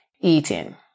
eating